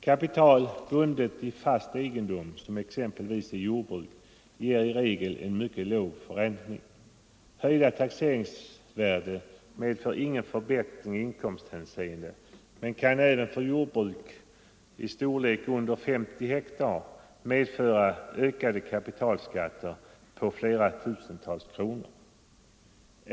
Kapital bundet i fast egendom som exempelvis i jordbruk ger i regel en mycket låg förräntning. Höjda taxeringsvärden medför ingen förbättring i inkomsthänseende, men kan även för jordbruk under 50 hektar medföra ökade kapitalskatter på flera tusentals kronor.